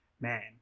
man